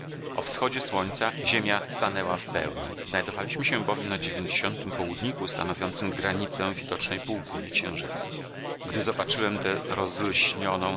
o wschodzie słońca ziemia stanęła w pełni znajdowaliśmy się bowiem na dziewięć południku stanowiącym granicę widocznej półkuli księżyca gdy zobaczyłem tę rozlśnioną